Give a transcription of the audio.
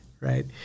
right